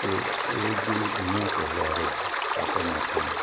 તો એ જે જુના તહેવારો સાતમ આઠમ